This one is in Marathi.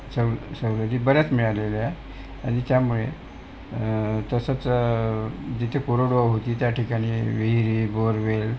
सव सवलती बऱ्याच मिळालेल्या आहे आणि त्यामुळे तसंच जिथे कोरडवाहू होती त्या ठिकाणी विहिरी बोरवेल